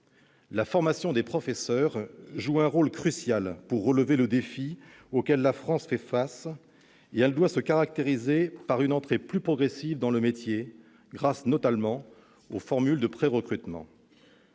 La formation des professeurs joue un rôle crucial pour relever le défi auquel la France fait face. Elle doit se caractériser par une entrée plus progressive dans le métier, grâce notamment au développement des formules de prérecrutement.